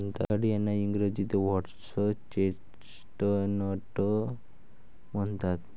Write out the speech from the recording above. सिंघाडे यांना इंग्रजीत व्होटर्स चेस्टनट म्हणतात